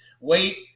wait